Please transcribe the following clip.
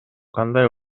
кандай